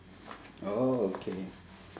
okay